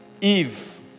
Eve